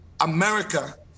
America